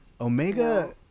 Omega